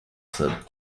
said